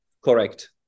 correct